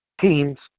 teams